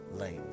late